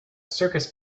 circus